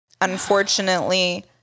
Unfortunately